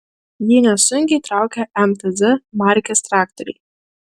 jį nesunkiai traukia mtz markės traktoriai